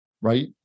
right